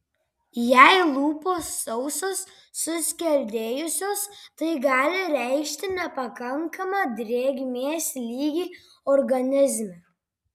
jei lūpos sausos suskeldėjusios tai gali reikšti nepakankamą drėgmės lygį organizme